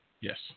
Yes